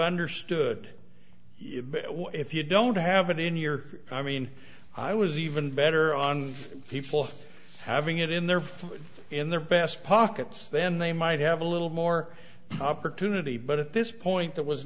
understood if you don't have it in your i mean i was even better on people having it in their in their best pockets then they might have a little more opportunity but at this point there was